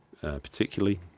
particularly